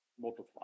Multiply